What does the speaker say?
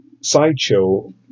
Sideshow